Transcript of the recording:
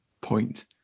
point